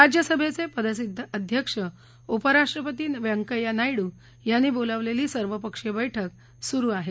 राज्यसभेचे पदसिद्ध अध्यक्ष उपराष्ट्रपती व्यंकय्या नायड् यांनी बोलावलेली सर्वपक्षीय बैठक सुरु आहे